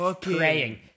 praying